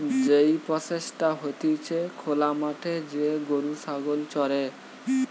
যেই প্রসেসটা হতিছে খোলা মাঠে যে গরু ছাগল চরে